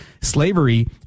slavery